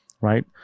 right